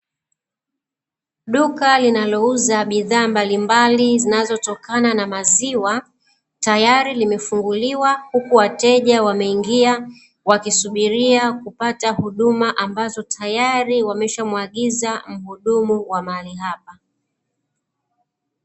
Duka linalouza bidhaa mbalimbali zinazotokana na maziwa tayari limefunguliwa, huku wateja wameingia wakisubiria kupata huduma ambazo tayari wameshamuagiza mhudumu wa mahali hapa.